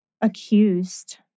Accused